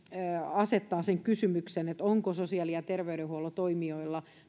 asettaa sen kysymyksen onko sosiaali ja terveydenhuollon toimijoilla